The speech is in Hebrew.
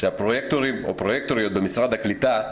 שהפרוייקטוריות במשרד הקליטה,